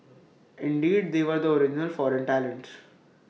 indeed they were the original foreign talents